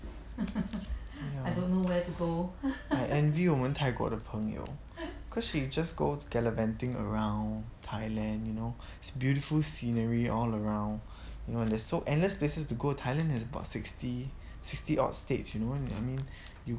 ya I envy 我们泰国的朋友 cause she just go gallivanting around thailand you know it's beautiful scenery all around you know there's annex places to go thailand has about sixty sixty odd stage you know I mean